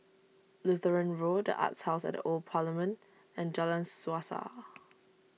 Lutheran Road Arts House at the Old Parliament and Jalan Suasa